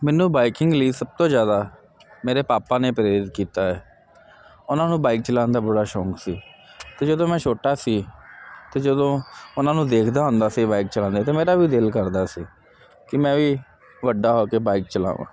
ਮੈਨੂੰ ਬਾਈਕਿੰਗ ਲਈ ਸਭ ਤੋਂ ਜਿਆਦਾ ਮੇਰੇ ਪਾਪਾ ਨੇ ਪ੍ਰੇਰਿਤ ਕੀਤਾ ਏ ਉਹਨਾਂ ਨੂੰ ਬਾਈਕ ਚਲਾਣ ਦਾ ਬੜਾ ਸ਼ੌਕ ਸੀ ਤੇ ਜਦੋਂ ਮੈਂ ਛੋਟਾ ਸੀ ਤੇ ਜਦੋਂ ਉਹਨਾਂ ਨੂੰ ਦੇਖਦਾ ਹੁੰਦਾ ਸੀ ਬਾਈਕ ਚਲਾਉਂਦਾ ਤੇ ਮੇਰਾ ਵੀ ਦਿਲ ਕਰਦਾ ਸੀ ਕਿ ਮੈਂ ਵੀ ਵੱਡਾ ਹੋ ਕੇ ਬਾਈਕ ਚਲਾਵਾ